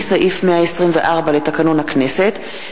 בבקשה,